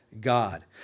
God